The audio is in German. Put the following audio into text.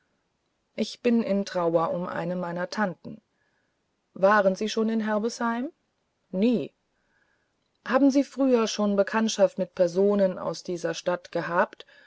ich bin in trauer um eine meiner tanten waren sie schon in herbesheim nie haben sie früher schon bekanntschaft mit personen aus dieser stadt gehabt